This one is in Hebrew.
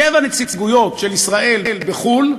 שבע נציגויות של ישראל בחוץ-לארץ,